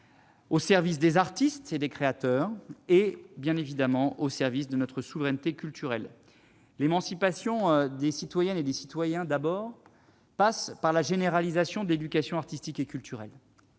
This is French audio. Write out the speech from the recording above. au service des artistes et des créateurs et, bien entendu, au service de notre souveraineté culturelle. La première priorité- l'émancipation des citoyennes et des citoyens -passe par la généralisation de l'éducation artistique et culturelle.